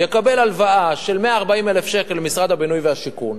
יקבל הלוואה של 140,000 שקל ממשרד הבינוי והשיכון.